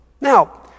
Now